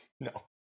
No